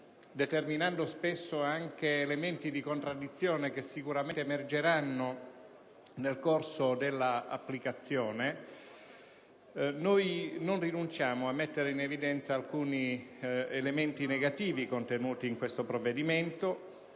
determinando spesso anche elementi di contraddizione che sicuramente emergeranno nel corso dell'applicazione. Non rinunciamo però a mettere in evidenza alcuni elementi positivi contenuti nel provvedimento,